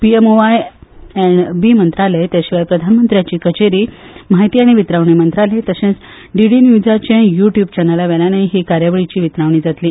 पीएमओआय and B मंत्रालय ते शिवाय प्रधानमंत्र्याची कचेरी म्हायती आनी वितरावणी मंत्रालय तशेंच डीडी न्यूजाचे यू ट्यूब चॅनल्सा वयल्यानूय हे कार्यावळीची वितरावणी जातली